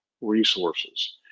resources